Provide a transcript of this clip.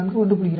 4 1